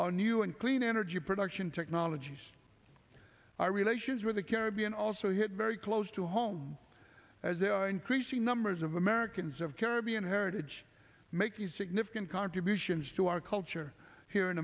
new and clean energy production technologies our relations with the caribbean also hit very close to home as increasing numbers of americans of caribbean heritage make these significant contributions to our culture here in